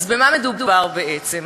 אז במה מדובר בעצם?